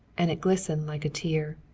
and it glistened like a tear.